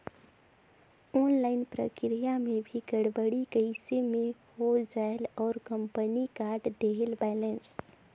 Online प्रक्रिया मे भी गड़बड़ी कइसे मे हो जायेल और कंपनी काट देहेल बैलेंस?